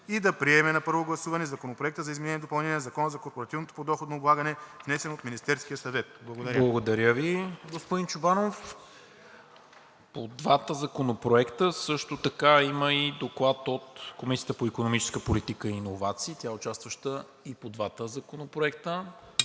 и да приеме на първо гласуване Законопроекта за изменение и допълнение на Закона за корпоративното подоходно облагане, внесен от Министерския съвет.“. Благодаря. ПРЕДСЕДАТЕЛ НИКОЛА МИНЧЕВ: Благодаря Ви, господин Чобанов. По двата законопроекта също така има и Доклад от Комисията по икономическа политика и иновации. Тя е участваща и по двата законопроекта.